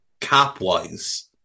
cap-wise